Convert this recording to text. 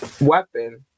weapon